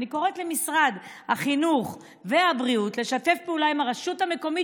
אני קוראת למשרדי החינוך והבריאות לשתף פעולה עם הרשות המקומית,